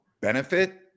benefit